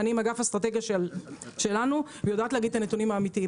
אני עם אגף אסטרטגיה שלנו ויודעת להגיד את הנתונים האמיתיים,